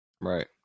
Right